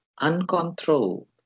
uncontrolled